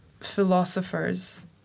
philosophers